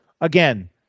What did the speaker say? again